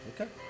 Okay